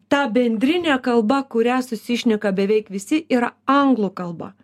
ta bendrinė kalba kuria susišneka beveik visi yra anglų kalba